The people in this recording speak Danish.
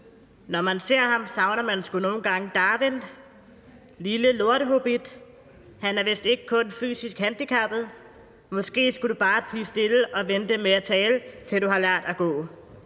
Når man ser ham, savner man sgu nogle gange Darwin. Lille lortehobbit. Han er vist ikke kun fysisk handicappet. Måske skulle du bare tie stille og vente med at tale, til du har lært at gå.